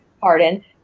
pardon